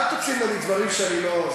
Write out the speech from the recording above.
אבל אל תוציאי ממני דברים שאני לא,